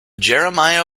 jeremiah